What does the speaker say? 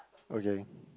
okay